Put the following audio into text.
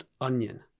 .onion